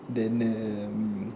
then um